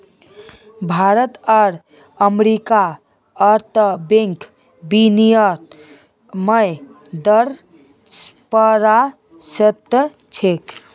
भारत आर अमेरिकार अंतर्बंक विनिमय दर पचाह्त्तर छे